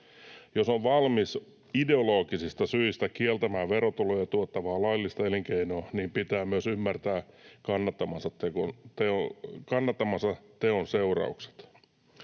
Jos on valmis ideologisista syistä kieltämään verotuloja tuottavaa laillista elinkeinoa, niin pitää myös ymmärtää kannattamansa teon seuraukset.